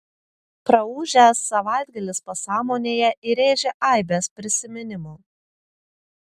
praūžęs savaitgalis pasąmonėje įrėžė aibes prisiminimų